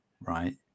right